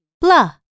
blah